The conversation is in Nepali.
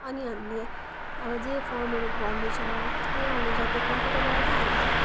अनि हामीले अब जे फर्महरू भर्नु छ के गर्नु छ त्यो कम्प्युटरबाटै त हुन्छ